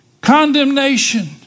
condemnation